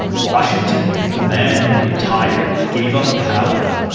washington? the man who retired? gave up power?